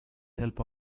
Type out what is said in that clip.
help